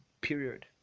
period